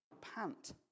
pant